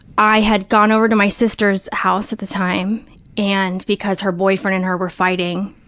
i had gone over to my sister's house at the time and, because her boyfriend and her were fighting,